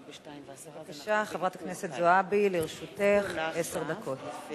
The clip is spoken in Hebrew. בבקשה, חברת הכנסת זועבי, לרשותך עשר דקות.